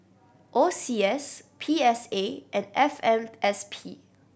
O C S P S A and F M S P